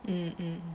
mm mm mm